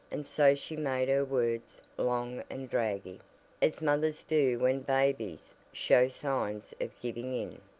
and so she made her words long and draggy as mothers do when babies show signs of giving in.